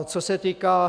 Co se týká...